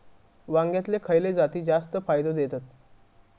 वांग्यातले खयले जाती जास्त फायदो देतत?